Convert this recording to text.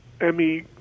Emmy